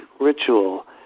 ritual